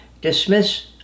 dismiss